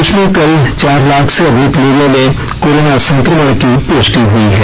देश में कल चार लाख से अधिक लोगों में कोरोना संक्रमण की पुष्टि हुई है